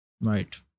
Right